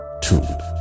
tuned